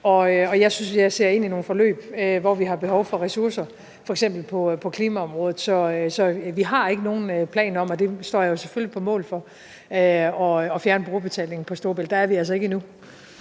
jeg ser ind i nogle forløb, hvor vi har behov for ressourcer, f.eks. på klimaområdet. Så vi har ikke nogen planer om – og det står jeg jo selvfølgelig på mål for – at fjerne brugerbetalingen på Storebælt. Der er vi altså ikke endnu.